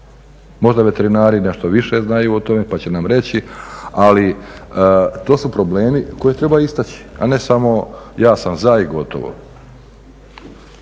možda veterinari nešto više znaju o tome pa će nam reći ali to su problemi koje treba istaći, a ne samo ja sam za i gotovo.